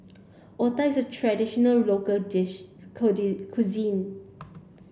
Otah is a traditional local dish cuisine